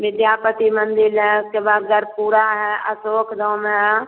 विद्यापति मंदिर है उसके बाद घरपूरा है अशोक धाम है